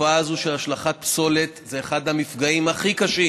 התופעה הזאת של השלכת פסולת היא אחד המפגעים הכי קשים